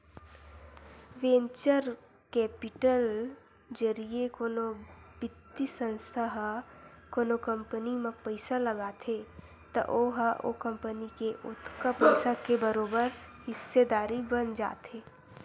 venture capital जरिए कोनो बित्तीय संस्था ह कोनो कंपनी म पइसा लगाथे त ओहा ओ कंपनी के ओतका पइसा के बरोबर हिस्सादारी बन जाथे